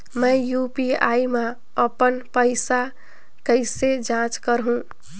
मैं यू.पी.आई मा अपन पइसा कइसे जांच करहु?